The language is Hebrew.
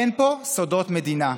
אין פה סודות מדינה.